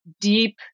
deep